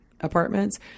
apartments